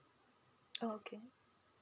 okay